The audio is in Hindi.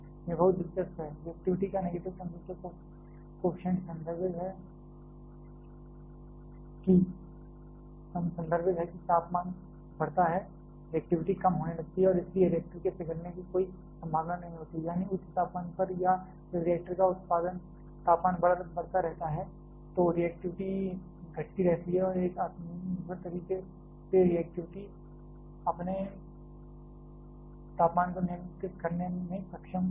यह बहुत दिलचस्प है रिएक्टिविटी का नेगेटिव टेंपरेचर कॉएफिशिएंट संदर्भित करता है कि तापमान बढ़ता है रिएक्टिविटी कम होने लगती है और इसलिए रिएक्टर के पिघलने की कोई संभावना नहीं होती है यानी उच्च तापमान पर या जब रिएक्टर का तापमान बढ़ता रहता है तो रिएक्टिविटी घटती रहती है और एक आत्मनिर्भर तरीके से रिएक्टर अपने तापमान को नियंत्रित करने में सक्षम है